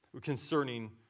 concerning